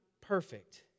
perfect